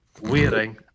wearing